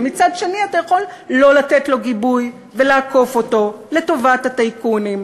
ומצד שני אתה יכול לא לתת לו גיבוי ולעקוף אותו לטובת הטייקונים,